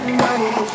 money